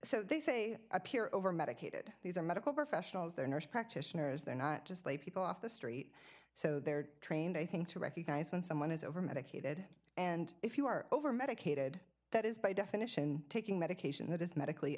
so they say appear overmedicated these are medical professionals they're nurse practitioners they're not just lay people off the street so they're trained i think to recognize when someone is over medicated and if you are over medicated that is by definition taking medication that is medically